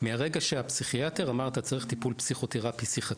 מהרגע שהפסיכיאטר אמר "אתה צריך טיפול פסיכותרפי שיחתי".